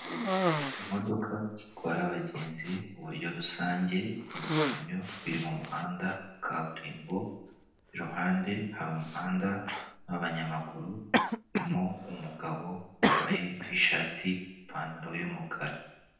Imodoka zitwara abagenzi mu buryo rusange n'igikamyo biri mu muhanda kaburimbo, iruhande hari umuhanda w'abanyamaguru urimo umugabo wambaye ishati, ipantaro y'umukara.